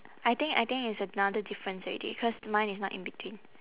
I think I think it's another difference already cause mine is not in between